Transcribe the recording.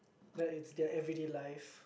that is their everyday life